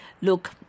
Look